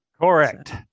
Correct